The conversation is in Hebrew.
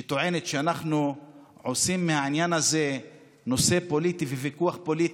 שטוענת שאנחנו עושים מהעניין הזה נושא פוליטי וויכוח פוליטי: